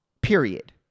period